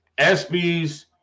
SBS